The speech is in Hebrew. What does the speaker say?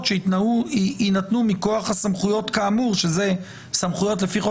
שיינתנו מכוח הסמכויות כאמור" שזה סמכויות לפי חוק